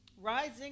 rising